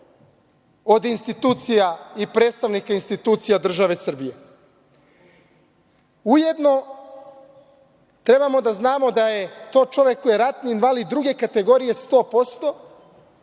od institucija i predstavnika institucija države Srbije. Ujedno, treba da znamo da je to čovek koji je ratni invalid druge kategorije 100%